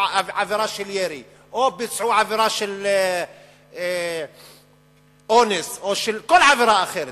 עבירה של ירי או ביצעו עבירה של אונס או כל עבירה אחרת,